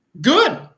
good